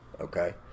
okay